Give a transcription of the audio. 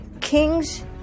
Kings